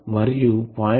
మరియు 0